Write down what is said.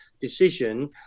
decision